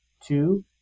Two